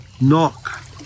Knock